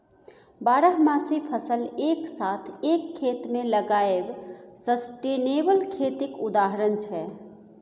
बारहमासी फसल एक साथ एक खेत मे लगाएब सस्टेनेबल खेतीक उदाहरण छै